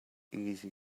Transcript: easy